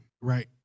right